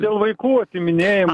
dėl vaikų atiminėjim